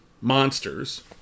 monsters